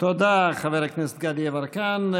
תודה, חבר הכנסת גדי יברקן.